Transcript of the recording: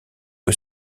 que